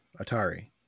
Atari